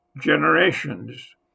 generations